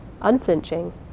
unflinching